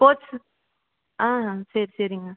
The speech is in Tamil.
ஸ்போர்ட்ஸ் ஆ சரி சரிங்க